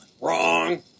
Wrong